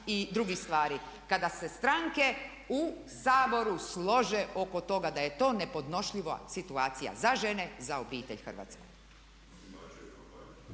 i drugih stvari kada se stranke u Saboru slože oko toga da je to nepodnošljiva situacija za žene, za obitelj Hrvatske.